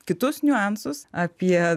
kitus niuansus apie